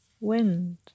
Wind